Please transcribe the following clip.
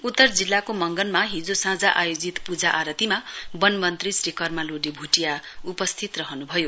उत्तर जिल्लाको मंगनमा हिजो साँझ आयोजित पूजा आरतीमा वन मन्त्री श्री कर्मा लोडे भुटिया उपस्थित रहनु भयो